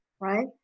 right